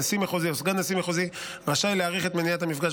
נשיא מחוזי או סגן נשיא מחוזי רשאי להאריך את מניעת המפגש